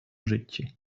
житті